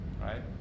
right